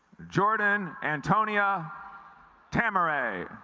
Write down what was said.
jordan antonia tamara